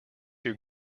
your